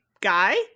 guy